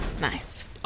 Nice